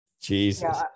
Jesus